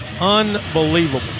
Unbelievable